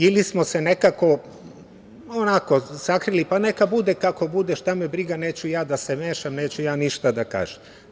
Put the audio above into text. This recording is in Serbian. Ili smo se nekako sakrili, pa neka bude kako bude, šta me briga, neću ja da se mešam, neću ja ništa da kažem.